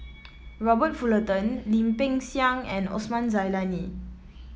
Robert Fullerton Lim Peng Siang and Osman Zailani